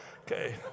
Okay